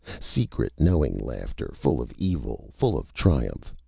secret, knowing laughter, full of evil, full of triumph,